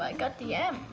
ah got the m